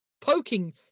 poking